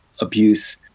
abuse